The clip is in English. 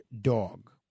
dog